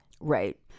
Right